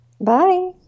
Bye